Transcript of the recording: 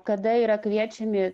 kada yra kviečiami